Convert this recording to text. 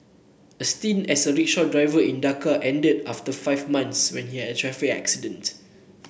a stint as a rickshaw driver in Dhaka ended after five months when he had a traffic accident